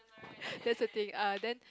that's the thing err then